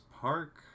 Park